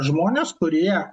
žmonės kurie